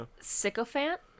sycophant